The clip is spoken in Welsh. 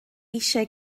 eisiau